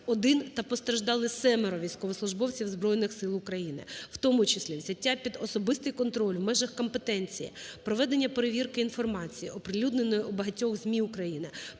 один та постраждали семеро військовослужбовців Збройних Сил України. В тому числі взяття під особистий контроль в межах компетенції: проведення перевірки інформації, оприлюдненої у багатьох ЗМІ України,